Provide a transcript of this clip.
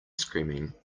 screaming